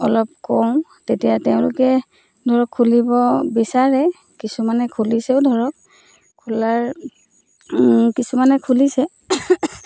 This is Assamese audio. অলপ কওঁ তেতিয়া তেওঁলোকে ধৰক খুলিব বিচাৰে কিছুমানে খুলিছেও ধৰক খোলাৰ কিছুমানে খুলিছে